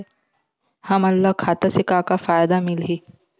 हमन ला खाता से का का फ़ायदा मिलही?